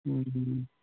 ꯎꯝ